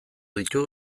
ditu